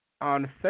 on